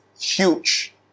huge